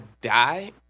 die